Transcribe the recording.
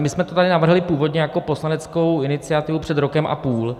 My jsme to tady navrhli původně jako poslaneckou iniciativu před rokem a půl.